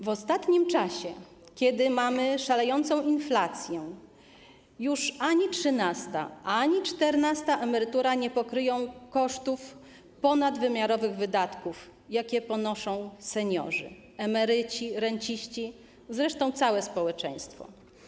W ostatnim czasie, kiedy mamy szalejącą inflację, już ani trzynasta, ani czternasta emerytura nie pokryje kosztów ponadwymiarowych wydatków, jakie ponoszą seniorzy, emeryci, renciści, zresztą całe społeczeństwo.